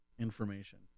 information